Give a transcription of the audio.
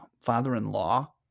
father-in-law